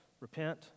repent